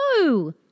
No